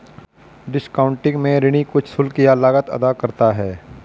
discounting में ऋणी कुछ शुल्क या लागत अदा करता है